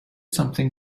something